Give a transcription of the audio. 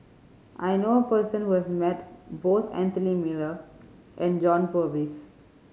I know a person who has met both Anthony Miller and John Purvis